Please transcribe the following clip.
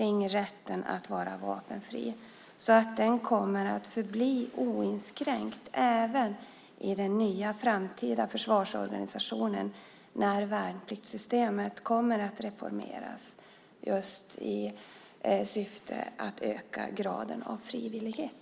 om rätten att vara vapenfri så att den kommer att förbli oinskränkt även i den nya, framtida försvarsorganisationen när värnpliktssystemet kommer att reformeras i syfte att öka graden av frivillighet.